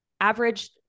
average